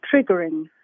triggering